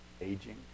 aging